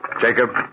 Jacob